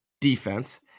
defense